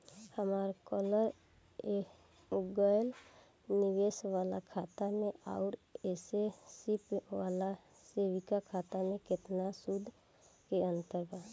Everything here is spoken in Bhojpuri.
हमार करल गएल निवेश वाला खाता मे आउर ऐसे सिंपल वाला सेविंग खाता मे केतना सूद के अंतर बा?